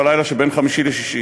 בלילה שבין חמישי לשישי.